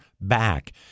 back